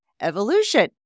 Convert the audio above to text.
evolution